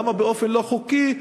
למה באופן לא חוקי?